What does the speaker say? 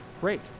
great